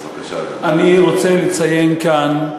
אני רוצה לציין כאן,